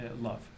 love